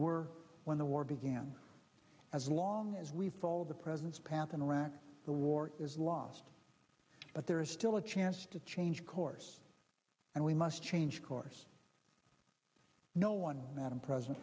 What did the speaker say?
were when the war began as long as we follow the president's path in iraq the war is lost but there is still a chance to change course and we must change course no one madame president